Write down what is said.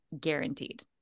guaranteed